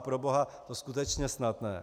Proboha, to skutečně snad ne!